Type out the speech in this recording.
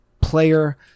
player